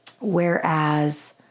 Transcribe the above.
Whereas